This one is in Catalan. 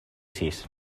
sis